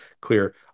clear